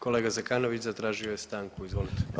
Kolega Zekanović zatražio je stanku, izvolite.